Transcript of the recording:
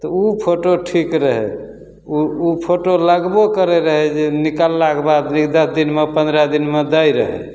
तऽ ओ फोटो ठीक रहै ओ ओ फोटो लगबो करै रहै जे निकललाके बाद दस दिनमे पनरह दिनमे दै रहै